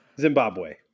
Zimbabwe